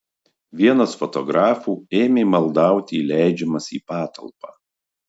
vienas fotografų ėmė maldauti įleidžiamas į patalpą